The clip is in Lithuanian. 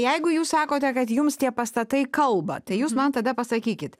jeigu jūs sakote kad jums tie pastatai kalba tai jūs man tada pasakykit